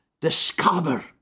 discover